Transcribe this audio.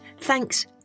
Thanks